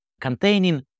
containing